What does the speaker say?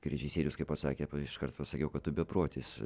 režisierius kaip pasakė iškart pasakiau kad tu beprotis